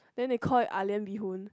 then they call it ah lian bee hoon